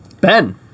Ben